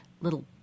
little